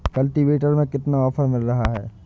Cultivator में कितना offer मिल रहा है?